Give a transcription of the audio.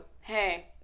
Hey